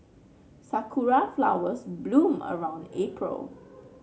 sakura flowers bloom around April